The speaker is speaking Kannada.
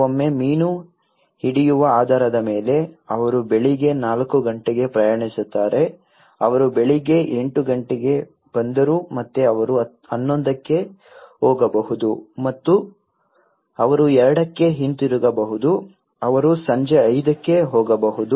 ಕೆಲವೊಮ್ಮೆ ಮೀನು ಹಿಡಿಯುವ ಆಧಾರದ ಮೇಲೆ ಅವರು ಬೆಳಿಗ್ಗೆ ನಾಲ್ಕು ಗಂಟೆಗೆ ಪ್ರಯಾಣಿಸುತ್ತಾರೆ ಅವರು ಬೆಳಿಗ್ಗೆ ಎಂಟು ಗಂಟೆಗೆ ಬಂದರು ಮತ್ತೆ ಅವರು 1100 ಕ್ಕೆ ಹೋಗಬಹುದು ಮತ್ತು ಅವರು 200 ಕ್ಕೆ ಹಿಂತಿರುಗಬಹುದು ಅವರು ಸಂಜೆ 500 ಕ್ಕೆ ಹೋಗಬಹುದು